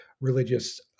religious